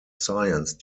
science